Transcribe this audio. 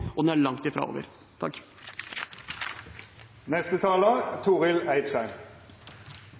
og den er langt ifra over.